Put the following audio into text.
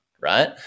right